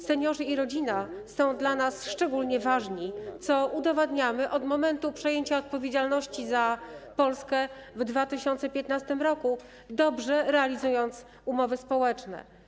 Seniorzy i rodzina są dla nas szczególnie ważni, co udowadniamy od momentu przejęcia odpowiedzialności za Polskę w 2015 r., dobrze realizując umowy społeczne.